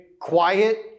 quiet